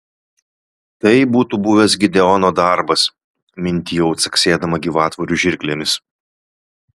tai būtų buvęs gideono darbas mintijau caksėdama gyvatvorių žirklėmis